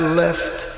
left